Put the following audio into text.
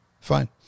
Fine